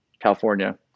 California